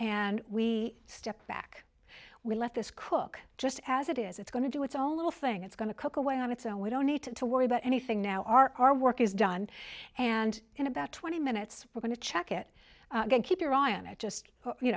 and we step back we let this cook just as it is it's going to do its own little thing it's going to cook away on its own we don't need to worry about anything now are our work is done and in about twenty minutes we're going to check it again keep your eye on it just you